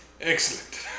Excellent